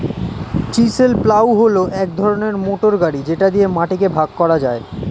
chisel plough হল এক ধরনের মোটর গাড়ি যেটা দিয়ে মাটিকে ভাগ করা যায়